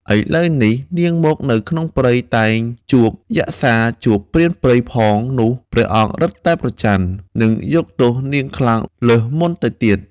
ឥឡូវនេះនាងមកនៅក្នុងព្រៃតែងជួបយក្សាជួបព្រានព្រៃផងនោះព្រះអង្គរឹតតែប្រច័ណ្ឌ និងយកទោសនាងខ្លាំងលើសមុនទៅទៀត។